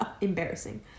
Embarrassing